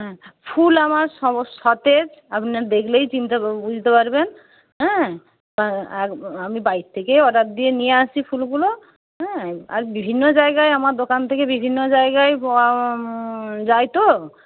হ্যাঁ ফুল আমার সতেজ আপনার দেখলেই চিনতে বুঝতে পারবেন হ্যাঁ আর আমি বাড়ি থেকে অর্ডার দিয়ে নিয়ে আসি ফুলগুলো হ্যাঁ আর বিভিন্ন জায়গায় আমার দোকান থেকে বিভিন্ন জায়গায় যায় তো